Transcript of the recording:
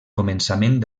començament